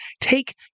take